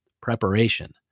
preparation